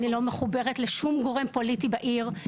אני לא מחוברת לשום גורם פוליטי בעיר,